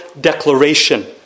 declaration